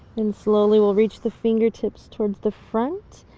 and slowly we'll reach the fingertips towards the front,